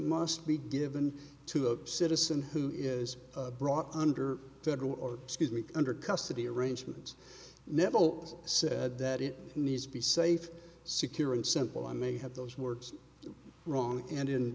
must be given to a citizen who is brought under federal or scuse me under custody arrangements nebel has said that it needs be safe secure and simple i may have those words wrong and in